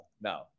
no